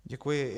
Děkuji.